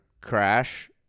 crash